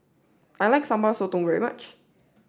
I like Sambal Sotong very much